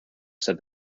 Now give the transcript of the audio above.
said